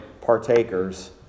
partakers